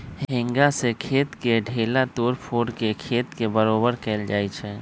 हेंगा से खेत के ढेला तोड़ तोड़ के खेत के बरोबर कएल जाए छै